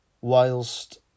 whilst